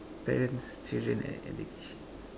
parents children and addiction